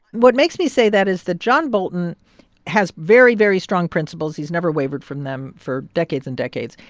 what makes me say that is that john bolton has very, very strong principles he's never wavered from them for decades and decades.